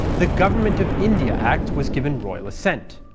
the government of india act was given royal assent.